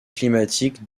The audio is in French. climatique